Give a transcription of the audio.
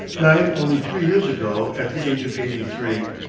died only three years ago at the age of eighty-three.